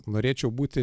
norėčiau būti